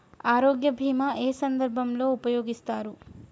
ఆరోగ్య బీమా ఏ ఏ సందర్భంలో ఉపయోగిస్తారు?